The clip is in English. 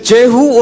Jehu